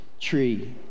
tree